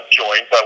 joined